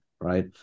right